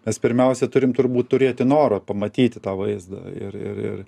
nes pirmiausia turim turbūt turėti noro pamatyti tą vaizdą ir ir ir